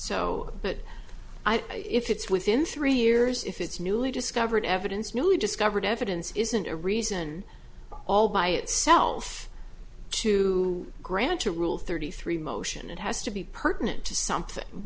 so but i think if it's within three years if it's newly discovered evidence newly discovered evidence isn't a reason all by itself to grant a rule thirty three motion it has to be pertinent to something